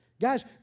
Guys